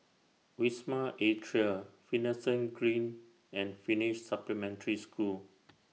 Wisma Atria Finlayson Green and Finnish Supplementary School